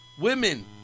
women